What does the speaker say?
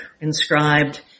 inscribed